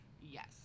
Yes